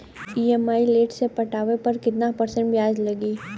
EMI late से पटावे पर कितना परसेंट ब्याज लगी?